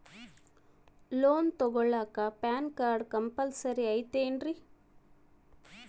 Loan ತೊಗೊಳ್ಳಾಕ PAN card compulsory ಐಯ್ತೇನ್ರಿ?